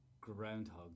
Groundhog